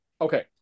Okay